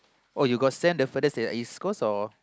oh you got send the furthest uh east coast or